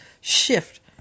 shift